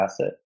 asset